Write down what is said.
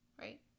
Right